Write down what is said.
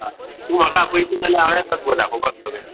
तूं म्हाका आपयशी जाल्या हांव येता तुका दाखोवपाक सगळें